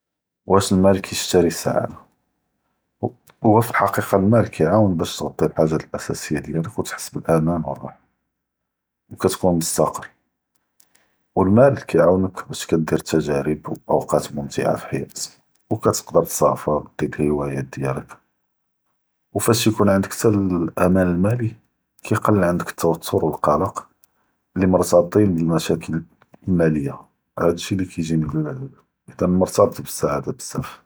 ואש אלמאל קאי שתרי אלסעהאדה? הוא פאלחקיקה אלמאל כאי עאונ באש תכ’טי אלחאגאת אלאסאסיה דיאלך ו תחס באלאמאן ואלרחא ו כאתכון מסתקיר, ו אלמאל כאי עאונכ באש כאתדיר אלתג’ריב ואוקאת מומתעה פחיאתכ, ו כאתקד’ר תיסאפר ותדיר אלחוואיות דיאלך. ופאש יכון ענדכ אלתאמאן אלמאלי כאי ק’ל ענדכ אלתוור ו אלקלק אללי מור’טבטן ב אלמשאכל אלמאליה, האד אלשי לי כאי ג’יב אלמאל, אذن מור’טב ב אלסעהאדה.